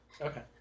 Okay